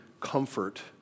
Comfort